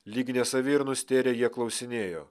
lyg nesavi ir nustėrę jie klausinėjo